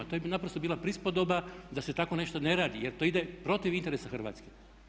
To je naprosto bila prispodoba da se takvo nešto ne radi jer to ide protiv interesa Hrvatske.